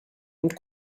und